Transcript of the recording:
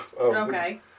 Okay